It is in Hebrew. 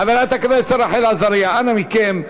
חברת הכנסת רחל עזריה, אנא מכם.